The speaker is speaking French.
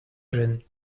jeunes